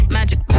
Magic